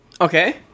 Okay